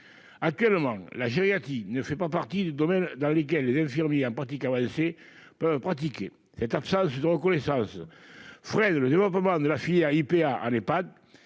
Actuellement, la gériatrie ne fait pas partie des domaines dans lesquels des infirmiers en pratique avancée peuvent pratiquer. Cette absence de reconnaissance freine le développement de la filière IPA, que